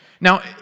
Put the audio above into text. Now